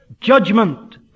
Judgment